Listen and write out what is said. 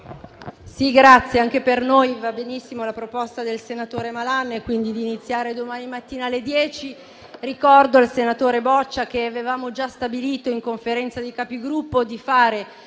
Presidente, anche per noi va benissimo la proposta del senatore Malan di iniziare domani mattina alle ore 10. Ricordo al senatore Boccia che avevamo già stabilito in Conferenza dei Capigruppo di